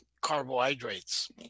carbohydrates